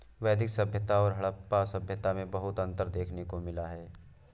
वैदिक सभ्यता और हड़प्पा सभ्यता में बहुत अन्तर देखने को मिला है